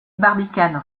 barbicane